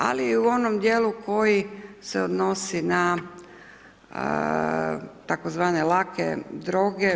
Ali i u onom dijelu koji se odnosi na tzv. lake droge.